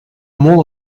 molt